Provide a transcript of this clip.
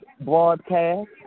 broadcast